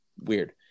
Weird